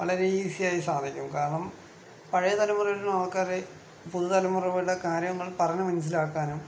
വളരെ ഈസി ആയി സാധിക്കും കാരണം പഴയ തലമുറയുടെ ആൾക്കാര് പുതിയ തലമുറകളുടെ കാര്യങ്ങൾ പറഞ്ഞ് മനസ്സിലാക്കാനും